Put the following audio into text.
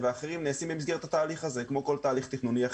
ואחרים נעשים במסגרת התהליך הזה כמו כל תהליך תכנוני,